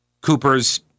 Cooper's